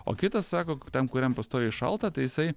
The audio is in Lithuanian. o kitas sako ktam kuriam pastoviai šalta tai jisai